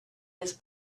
his